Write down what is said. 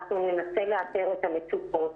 ננסה לאתר את המצוקות,